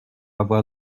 avoir